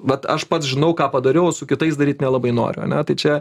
vat aš pats žinau ką padariau o su kitais daryt nelabai noriu ane tai čia